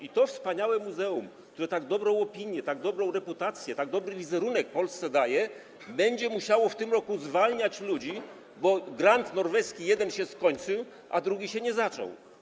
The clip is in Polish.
I to wspaniałe muzeum, które tak dobrą opinię, tak dobrą reputację, tak dobry wizerunek Polsce zapewnia, będzie musiało w tym roku zwalniać ludzi, bo jeden grant norweski się skończył, a drugi się nie zaczął.